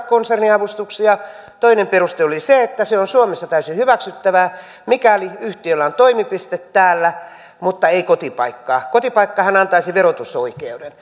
konserniavustuksia toinen peruste oli se että se on suomessa täysin hyväksyttävää mikäli yhtiöllä on toimipiste täällä mutta ei kotipaikkaa kotipaikkahan antaisi verotusoikeuden